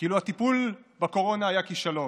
כאילו הטיפול בקורונה היה כישלון.